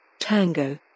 Tango